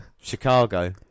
Chicago